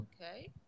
Okay